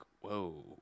whoa